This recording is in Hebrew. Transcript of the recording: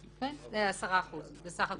אז זה 10% סך הכול.